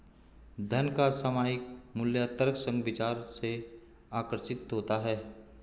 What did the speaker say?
धन का सामयिक मूल्य तर्कसंग विचार से आकर्षित होता है